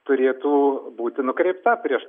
turėtų būti nukreipta prieš